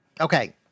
Okay